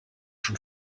schon